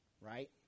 right